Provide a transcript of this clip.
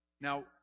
Now